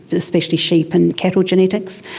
but especially sheep and cattle genetics.